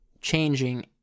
changing